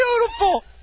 Beautiful